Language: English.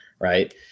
right